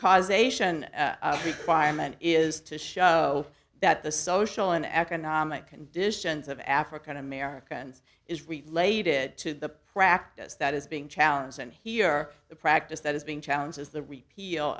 causation requirement is to show that the social and economic conditions of african americans is related to the practice that is being challenged and here the practice that is being challenged as the repeal